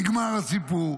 נגמר הסיפור.